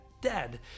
dead